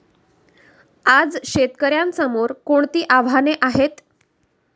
आज शेतकऱ्यांसमोर कोणती आव्हाने आहेत?